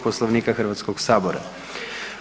Poslovnika HS-a.